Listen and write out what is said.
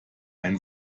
ein